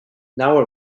now